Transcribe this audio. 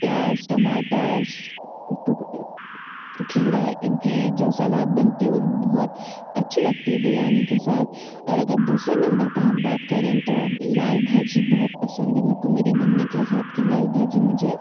प्याज़ टमाटर खीरा इनका जो सलाद बनता है वो बहुत अच्छी लगती है बिरयानी के साथ और अगर दूसरे नंबर पर हम बात करें तो लाल भाजी बहुत पसंद है मे को मेरी मम्मी के हाथ की लाल भाजी मुझे